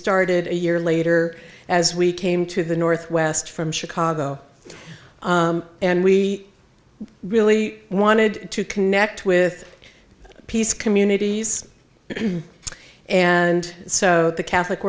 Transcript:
started a year later as we came to the northwest from chicago and we really wanted to connect with peace communities and so the catholic